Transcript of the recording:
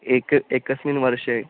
एक् एकस्मिन् वर्षे